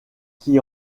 qui